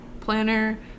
planner